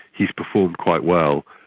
he has performed quite well.